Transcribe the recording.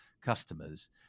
customers